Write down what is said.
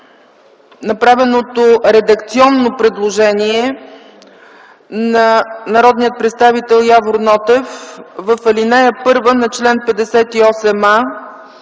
направеното редакционно предложение на народния представител Явор Нотев в ал. 1 на чл. 58а